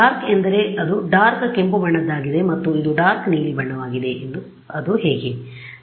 dark ಎಂದರೆ ಅದು dark ಕೆಂಪು ಬಣ್ಣದ್ದಾಗಿದೆ ಮತ್ತು ಇದು ಡಾರ್ಕ್ ನೀಲಿ ಬಣ್ಣವಾಗಿದೆ ಅದು ಹೇಗೆ